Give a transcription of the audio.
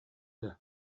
дуо